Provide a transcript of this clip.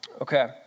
Okay